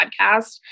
podcast